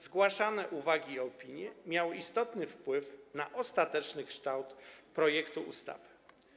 Zgłaszane uwagi i opinie miały istotny wpływ na ostateczny kształt projektu ustawy.